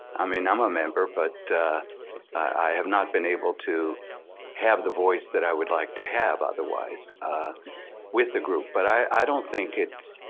i mean, i'm a member, but i have not been able to have the voice that i would like to have otherwise with the group. but i don't think it's